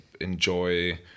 enjoy